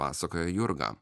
pasakoja jurga